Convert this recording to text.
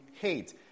hate